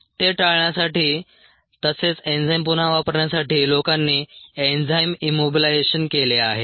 ते टाळण्यासाठी तसेच एन्झाइम पुन्हा वापरण्यासाठी लोकांनी एन्झाइम इम्मोबिलायझेशन केले आहे